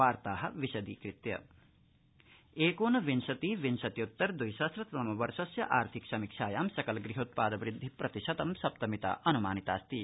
आर्थिक समीक्षा एकोनविंशति विंशति उत्तर द्वि सहस्रतम वर्षस्य आर्थिक समीक्षायां सकल गृहोत्पाद वृद्धि प्रतिशतं सप्तमिता अन्मानितास्ति